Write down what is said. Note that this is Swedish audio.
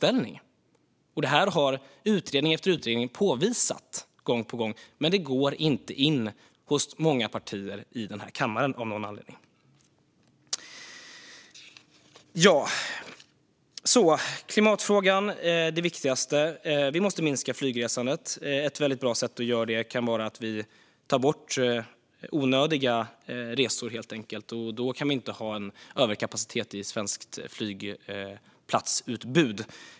Detta har påvisats i utredning efter utredning och gång på gång, men det går av någon anledning inte in hos många partier här i kammaren. Klimatfrågan är det viktigaste. Vi måste minska flygresandet. Ett väldigt bra sätt att göra det vore att vi helt enkelt tog bort onödiga resor, men då kan vi inte ha en överkapacitet i svenskt flygplatsutbud.